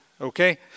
okay